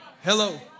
Hello